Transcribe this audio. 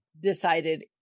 decided